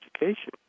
education